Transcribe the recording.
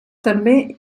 també